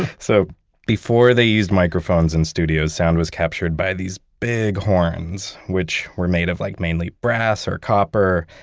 so before they used microphones in studios, sound was captured by these big horns, which were made of like mainly brass or copper,